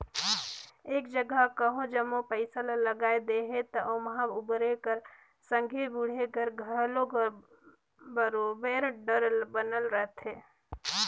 एक जगहा कहों जम्मो पइसा ल लगाए देहे ता ओम्हां उबरे कर संघे बुड़े कर घलो बरोबेर डर बनल रहथे